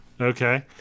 Okay